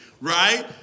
right